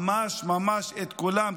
ממש ממש את כולם,